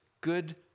good